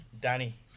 Danny